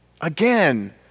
again